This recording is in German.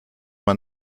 man